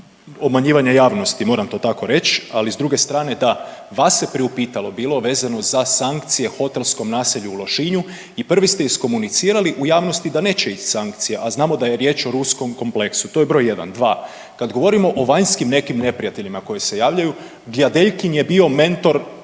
obmanjivanje javnosti, moram to tako reć, ali s druge strane da, vas se priupitalo bilo vezano za sankcije hotelskom naselju u Lošinju i prvi ste iskomunicirali u javnosti da neće ić sankcije, a znamo da je riječ o ruskom kompleksu, to je broj jedan. Dva, kad govorimo o vanjskim nekim neprijateljima koji se javljaju, Gljadelkin je bio mentor